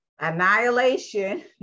Annihilation